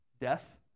Death